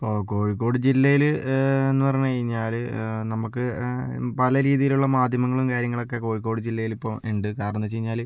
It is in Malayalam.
ഇപ്പോൾ കോഴിക്കോട് ജില്ലയിൽ എന്നു പറഞ്ഞു കഴിഞ്ഞാൽ നമുക്ക് പല രീതിയിലുള്ള മാധ്യമങ്ങളും കാര്യങ്ങളൊക്കെ കോഴിക്കോട് ജില്ലയിൽ ഇപ്പം ഉണ്ട് കാരണം എന്നു വച്ചു കഴിഞ്ഞാൽ